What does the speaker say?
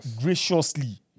graciously